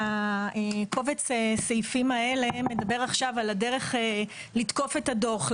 קובץ הסעיפים האלה מדבר על הדרך לתקוף את הדוח,